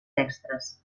extres